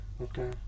Okay